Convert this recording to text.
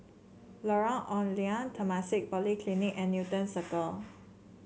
Lorong Ong Lye Temasek Polytechnic and Newton Ciru